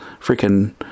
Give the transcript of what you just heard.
freaking